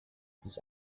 sich